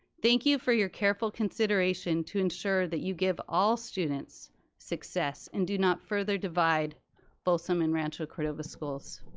thank you for your careful consideration to ensure that you give all students success and do not further divide folsom and rancho cordova schools.